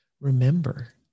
remember